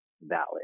valid